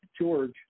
George